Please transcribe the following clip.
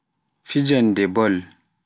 fijande bol